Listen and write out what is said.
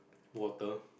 water